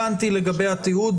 הבנתי לגבי התיעוד.